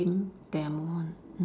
same demo one